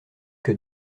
que